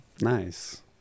Nice